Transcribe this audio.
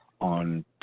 on